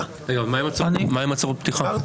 אבל מה עם הצהרות פתיחה?